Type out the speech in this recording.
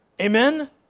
Amen